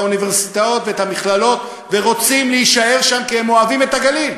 האוניברסיטאות ואת המכללות ורוצים להישאר שם כי הם אוהבים את הגליל?